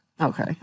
okay